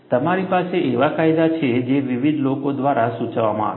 તમારી પાસે એવા કાયદા છે જે વિવિધ લોકો દ્વારા સૂચવવામાં આવ્યા છે